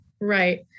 Right